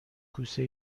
کوسه